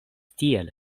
tiel